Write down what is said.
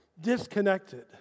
disconnected